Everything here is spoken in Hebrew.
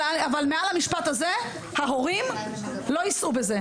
אבל מעל המשפט הזה - ההורים לא יישאו בזה.